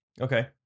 Okay